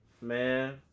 man